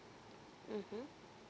mmhmm